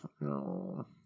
no